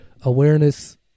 awareness